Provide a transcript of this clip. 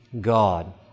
God